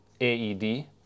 AED